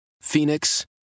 Phoenix